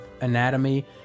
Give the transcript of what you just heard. anatomy